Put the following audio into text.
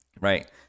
Right